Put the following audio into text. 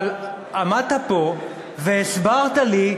אבל עמדת פה והסברת לי,